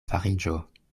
fariĝo